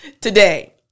today